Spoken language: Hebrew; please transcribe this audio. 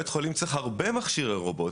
בית חולים צריך הרבה מכשירי רובוט.